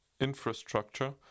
infrastructure